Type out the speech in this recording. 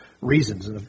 reasons